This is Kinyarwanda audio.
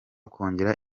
kongera